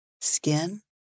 skin